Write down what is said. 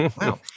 Wow